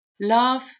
Love